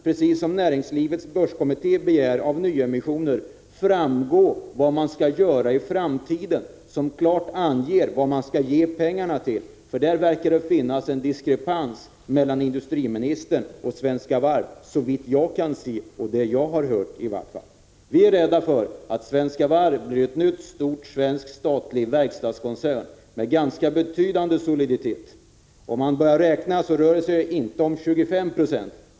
Precis som näringslivets börskommitté begär i fråga om nyemissioner, skall det framgå vad man tänker göra, dvs. det skall klart anges vad man skall ha pengarna till. Där verkar det finnas en diskrepans mellan industriministern och Svenska Varv, såvitt jag kan se och vad jag har hört i vart fall. Vi är rädda för att Svenska Varv blir en ny stor statlig verkstadskoncern med ganska betydande soliditet. Om man börjar räkna, finner man att det inte rör sig om 25 96.